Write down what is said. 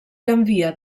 canvia